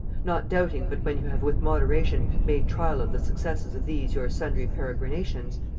not doubting but when you have with moderation made trial of the successes of these your sundry peregrinations,